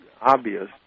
obvious